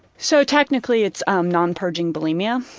so technically it's um non-purging bulimia.